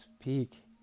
speak